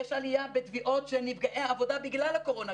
ויש עלייה בתביעות של נפגעי עבודה בגלל הקורונה,